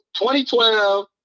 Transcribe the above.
2012